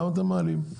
למה אתם מעלים כעת?